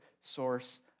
source